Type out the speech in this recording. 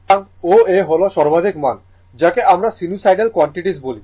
সুতরাং O A হল সর্বাধিক মান যাকে আমরা সিনুসোইডাল কোয়ান্টিটিএস বলি